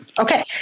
Okay